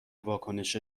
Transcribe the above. واکنش